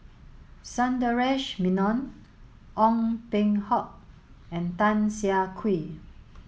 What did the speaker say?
Sundaresh Menon Ong Peng Hock and Tan Siah Kwee